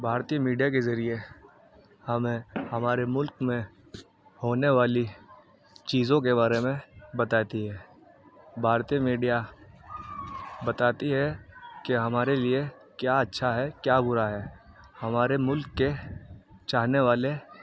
بھارتیہ media کے ذریعے ہمیں ہمارے ملک میں ہونے والی چیزوں کے بارے میں بتاتی ہے بھارتی میڈیا بتاتی ہے کہ ہمارے لیے کیا اچھا ہے کیا برا ہے ہمارے ملک کے چاہنے والے